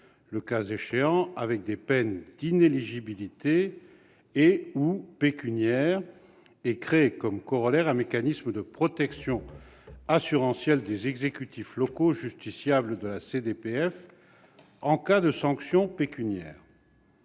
le cas échéant, avec des peines d'inéligibilité ou pécuniaires, voire les deux, et crée comme corollaire un mécanisme de protection assurantielle des exécutifs locaux justiciables de la CDBF en cas de sanction pécuniaire.